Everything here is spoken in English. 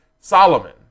Solomon